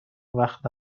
وقت